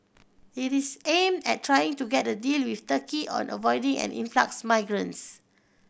it is aimed at trying to get a deal with Turkey on avoiding an influx migrants